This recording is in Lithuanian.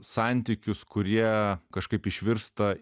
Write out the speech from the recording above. santykius kurie kažkaip išvirsta